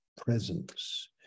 presence